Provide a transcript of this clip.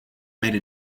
made